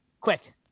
Quick